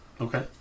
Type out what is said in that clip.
Okay